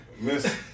Miss